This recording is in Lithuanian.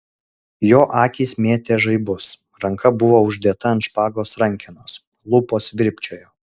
jo akys mėtė žaibus ranka buvo uždėta ant špagos rankenos lūpos virpčiojo